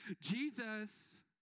Jesus